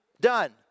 Done